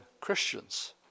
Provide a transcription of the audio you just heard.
Christians